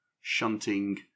shunting